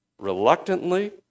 reluctantly